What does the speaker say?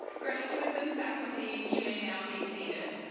graduates and faculty, you may now be seated.